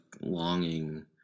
longing